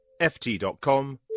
ft.com